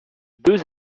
deux